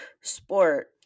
sport